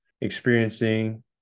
experiencing